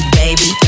baby